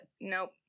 nope